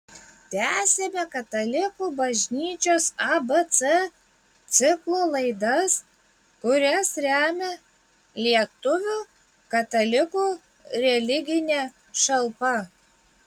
tęsiame katalikų bažnyčios abc ciklo laidas kurias remia lietuvių katalikų religinė šalpa